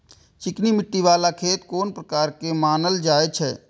चिकनी मिट्टी बाला खेत कोन प्रकार के मानल जाय छै?